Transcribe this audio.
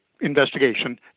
investigation